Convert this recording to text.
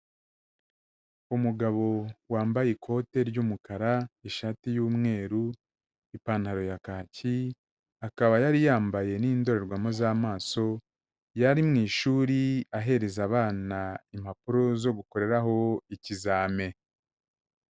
Umugabo wambaye ikote ry'umukara, ishati y'umweru, ipantaro ya kaki akaba yari yambaye n'indorerwamo z'amaso, yari mu ishuri ahereza abana impapuro zo gukoreraho ikizame.